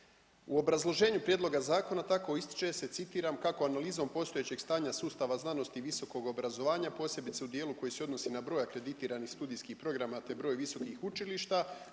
U obrazloženju prijedloga zakona tako ističe se, citiram: „Kako analizom postojećeg stanja sustava znanosti i visokog obrazovanja posebice u dijelu koji se odnosi na broj akreditiranih studijskih programa te broj visokih učilišta